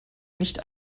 nicht